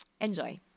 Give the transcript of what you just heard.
enjoy